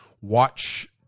watch